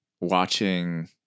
watching